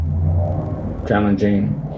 challenging